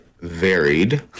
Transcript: varied